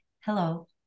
hello